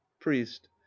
priest